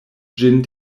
ĝin